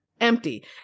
empty